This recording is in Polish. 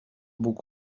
bóg